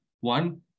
One